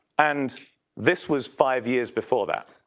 and this was five years before that.